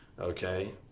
Okay